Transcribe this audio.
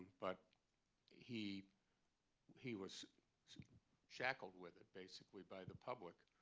but he he was shackled with it, basically, by the public.